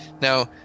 Now